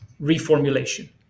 reformulation